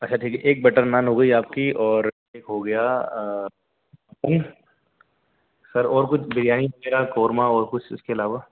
اچھا ٹھیک ہے ایک بٹر نان ہو گئی آپ کی اور ایک ہو گیا سر اور کچھ بریانی وغیرہ کورمہ اور کچھ اِس کے علاوہ